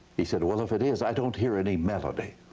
he said, well if it is i don't hear any melody.